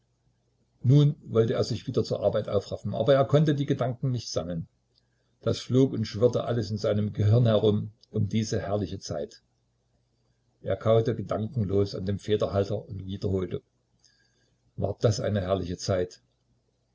nun wollte er sich wieder zur arbeit aufraffen aber er konnte die gedanken nicht sammeln das flog und schwirrte alles in seinem gehirne herum um diese herrliche zeit er kaute gedankenlos an dem federhalter und wiederholte war das eine herrliche zeit